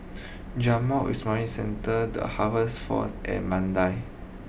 Jamiyah Islamic Centre the Harvest Force and Mandai